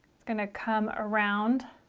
it's gonna come around